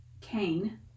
Cain